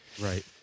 Right